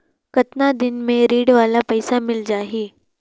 कतना दिन मे ऋण वाला पइसा मिल जाहि?